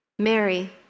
Mary